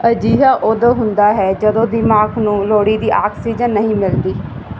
ਅਜਿਹਾ ਉਦੋਂ ਹੁੰਦਾ ਹੈ ਜਦੋਂ ਦਿਮਾਗ਼ ਨੂੰ ਲੋੜੀਂਦੀ ਆਕਸੀਜਨ ਨਹੀਂ ਮਿਲਦੀ